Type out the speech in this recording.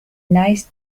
nice